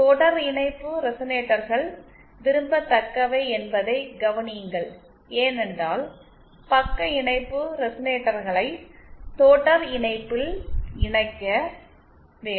தொடர் இணைப்பு ரெசனேட்டர்கள் விரும்பத்தக்கவை என்பதை கவனியுங்கள் ஏனென்றால் பக்க இணைப்பு ரெசனேட்டர்களை தொடர் இணைப்பில் இணைக்க வேண்டும்